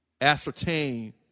ascertain